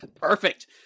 Perfect